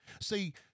See